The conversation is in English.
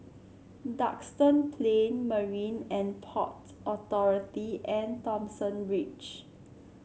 Duxton Plain Marine And Port Authority and Thomson Ridge